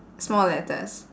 small letters